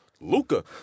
Luca